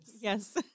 Yes